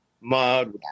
mud